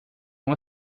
uma